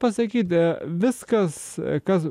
pasakyti viskas kas